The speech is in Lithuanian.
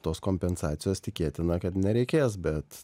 tos kompensacijos tikėtina kad nereikės bet